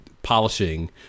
polishing